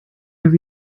have